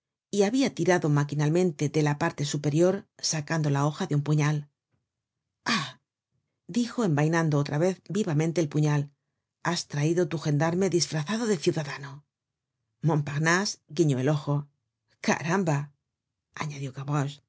y habia tirado maquinal mente de la parte superior sacando la hoja de un puñal ah dijo envainando otra vez vivamente el puñal has traido tu gendarme disfrazado de ciudadano montparnase guiñó el ojo caramba añadió